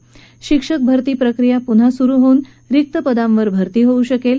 त्याचप्रमाणे शिक्षक भरती प्रक्रिया पुन्हा सुरु होऊन रिक्त पदांवर भरती होऊ शकेल